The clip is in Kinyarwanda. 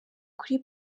kuri